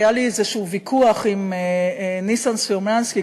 היה לי איזשהו ויכוח עם ניסן סלומינסקי,